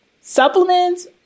Supplements